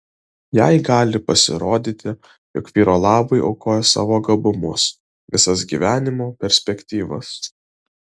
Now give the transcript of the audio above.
jai gali pasirodyti jog vyro labui aukoja savo gabumus visas gyvenimo perspektyvas